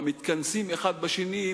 המתכנסים אחד בשני,